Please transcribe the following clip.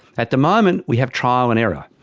at the moment we have trial and error,